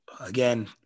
again